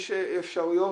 יש אפשרויות,